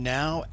now